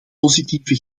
positieve